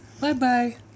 Bye-bye